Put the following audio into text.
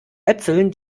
äpfeln